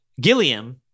Gilliam